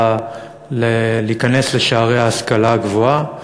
להיכנס לשערי ההשכלה הגבוהה,